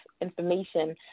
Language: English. information